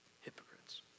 hypocrites